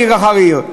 עיר אחר עיר?